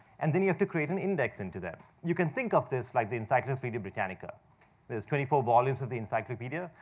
and then you have to create an index into them. you can think of this like the encyclopedia britannica. there is twenty four volumes of the encyclopedia.